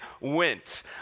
went